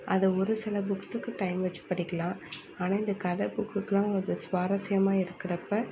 அது ஒரு சில புக்சுக்கு டைம் வச்சு படிக்கலாம் ஆனால் இந்த கதை புக்குக்கெலாம் கொஞ்சம் சுவாரஸ்யமாக இருக்கிறப்ப